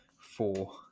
four